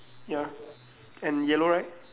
ya and yellow right